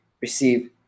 receive